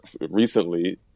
recently